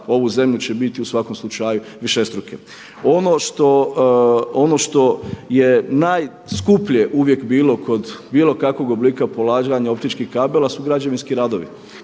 ovu zemlju će biti u svakom slučaju višestruke. Ono što je najskuplje uvijek bilo kod bilo kakvog oblika polaganja optičkih kabela su građevinski radovi.